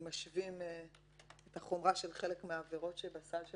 אם משווים את החומרה של חלק מהעבירות שבסל של